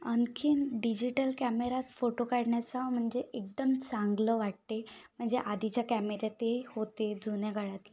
आणखी डिजिटल कॅमेरात फोटो काढण्याचा म्हणजे एकदम चांगलं वाटते म्हणजे आधीच्या कॅमेरात ते होते जुन्या काळात